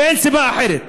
אין סיבה אחרת.